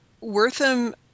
Wortham